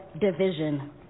division